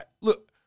Look